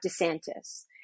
DeSantis